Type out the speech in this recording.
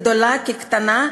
גדולה כקטנה,